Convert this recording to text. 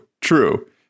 true